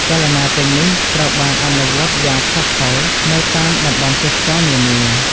ចលនាទាំងនេះត្រូវបានអនុវត្តយ៉ាងផុសផុលនៅតាមតំបន់ទេសចរណ៍នានា។